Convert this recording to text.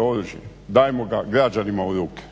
oružje. Dajemo ga građanima u ruke.